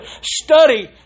study